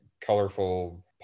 colorful